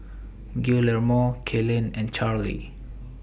Guillermo Kaylen and Charlie